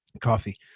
coffee